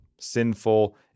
sinful